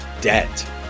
Debt